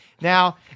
Now